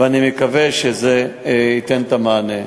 ואני מקווה שזה ייתן את המענה.